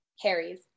Harry's